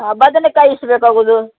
ಹಾಂ ಬದನೇಕಾಯಿ ಎಷ್ಟು ಬೇಕಾಗೋದು